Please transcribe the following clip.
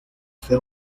ser